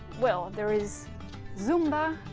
well, there is zumba.